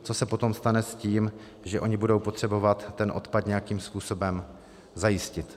Co se potom stane s tím, že oni budou potřebovat ten odpad nějakým způsobem zajistit?